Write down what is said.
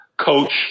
Coach